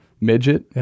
Midget